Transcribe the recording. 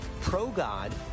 pro-God